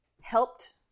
helped